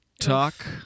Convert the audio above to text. talk